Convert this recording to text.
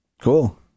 Cool